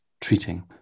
treating